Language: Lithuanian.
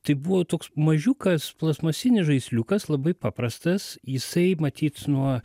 tai buvo toks mažiukas plastmasinis žaisliukas labai paprastas jisai matyt nuo